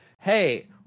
hey